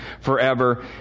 forever